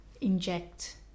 inject